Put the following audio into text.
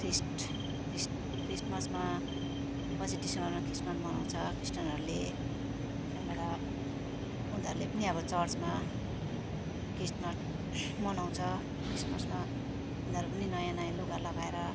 ख्रिस्ट Christ क्रिसमसमा पच्चिस डिसेम्बरमा क्रिसमस मनाउँछ क्रिस्चयनहरूले त्यहाँबाट उनीहरूले पनि अब चर्चमा क्रिसमस मनाउँछ क्रिसमसमा उनीहरू पनि नयाँ नयाँ लुगा लगाएर